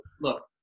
look